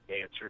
answer